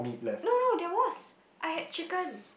no no that was I had chicken